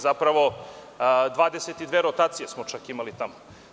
Zapravo 22 rotacije smo imali tamo.